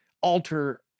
alter